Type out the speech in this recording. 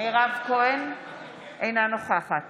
אינה נוכחת